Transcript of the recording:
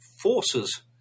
forces